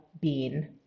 Bean